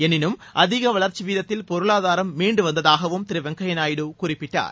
எளினும் அதிக வளர்ச்சி வீதத்தில் பொருளாதாரம் மீண்டு வந்ததாகவும் திரு வெங்கைய்யா நாயுடு குறிப்பிட்டார்